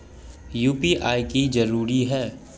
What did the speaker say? UPI की जरूरी है?